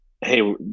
hey